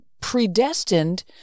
predestined